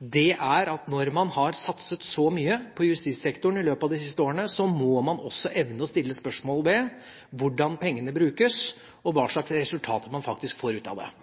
nemlig at når man har satset så mye på justissektoren i løpet av de siste årene, må man også evne å stille spørsmål ved hvordan pengene brukes, og hva slags resultater man faktisk får ut av